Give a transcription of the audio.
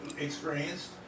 experienced